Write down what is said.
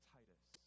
Titus